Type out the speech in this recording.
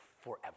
forever